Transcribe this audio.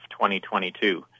2022